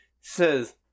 says